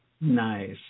Nice